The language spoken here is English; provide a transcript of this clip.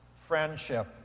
friendship